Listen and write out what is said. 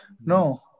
No